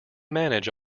manage